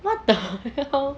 what the hell